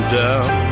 down